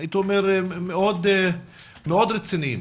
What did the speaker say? הייתי אומר מאוד רציניים